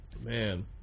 Man